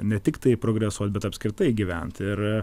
ne tiktai progresuot bet apskritai gyvent ir